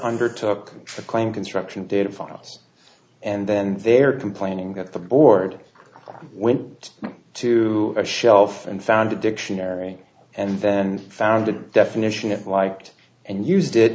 trick claim construction data files and then they're complaining that the board went to a shelf and found a dictionary and then found the definition of liked and used did